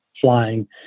flying